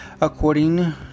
according